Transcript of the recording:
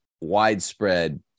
widespread